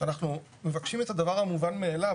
שאנחנו מבקשים את הדבר המובן מאליו.